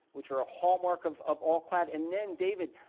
which are a hallmark of of all-clad. and then, david,